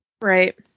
Right